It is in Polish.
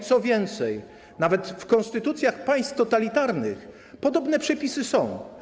Co więcej, nawet w konstytucjach państw totalitarnych podobne przepisy są.